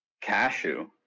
Cashew